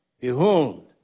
Behold